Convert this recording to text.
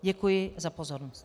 Děkuji za pozornost.